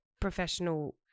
professional